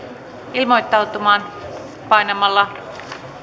ilmoittautumaan painamalla